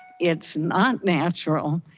it's not natural.